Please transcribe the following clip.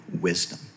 wisdom